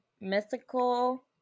Mythical